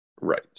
right